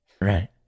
Right